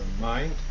mind